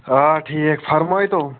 آ ٹھیٖک فرمٲیتو